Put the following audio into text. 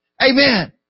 Amen